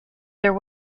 there